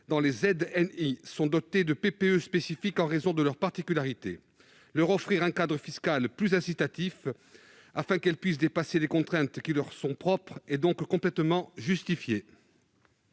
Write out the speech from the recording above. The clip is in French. de l'énergie (PPE) spécifiques, en raison de leurs particularités. Leur offrir un cadeau fiscal plus incitatif, afin qu'elles puissent dépasser les contraintes qui leur sont propres, est donc complètement justifié.